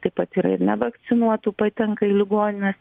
taip pat yra ir nevakcinuotų patenka į ligonines